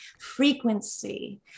Frequency